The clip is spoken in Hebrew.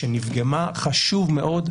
פגומה, החוק הזה הוא חשוב מאוד,